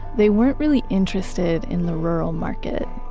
they weren't really interested in the rural market,